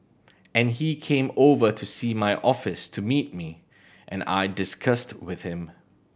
and he came over to see my office to meet me and I discussed with him